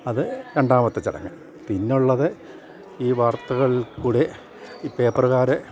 അത് രണ്ടാമത്തെ ചടങ് പിന്നെയുള്ളത് ഈ വാർത്തകൾ കൂടെ ഈ പേപ്പറുകാർ